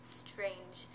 strange